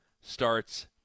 starts